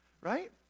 Right